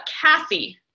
Kathy